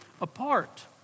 apart